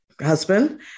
husband